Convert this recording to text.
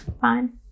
Fine